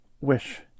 wish